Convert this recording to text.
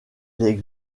les